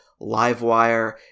Livewire